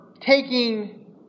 taking